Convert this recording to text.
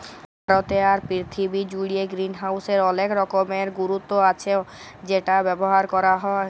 ভারতে আর পীরথিবী জুড়ে গ্রিনহাউসের অলেক রকমের গুরুত্ব আচ্ছ সেটা ব্যবহার ক্যরা হ্যয়